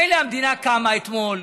מילא, המדינה קמה אתמול,